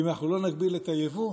ואם אנחנו לא נגביל את היבוא,